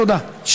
תודה.